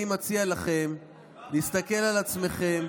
אני מציע לכם להסתכל על עצמכם